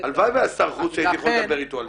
הלוואי והיה שר חוץ שהייתי יכול לדבר איתו על זה.